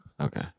Okay